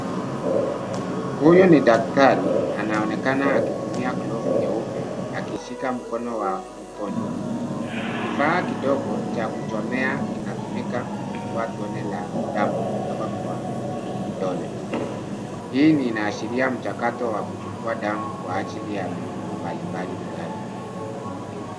Huyu ni daktari anaonekana akitumia glovu nyeupe akishika mkono wa mgonjwa. Kifaa kidogo cha kuchomea kinatumika kuchukua tone la damu kutoka kwa kidole. Hii inaashiria mchakato wa kuchukua damu kwa ajili ya vipimo mbalimbali vya afya.